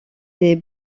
des